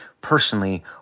personally